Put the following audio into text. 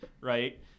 right